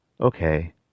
Okay